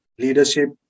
leadership